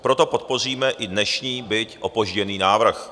Proto podpoříme i dnešní, byť opožděný návrh.